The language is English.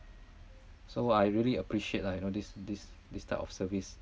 so I really appreciate lah you know this this this type of service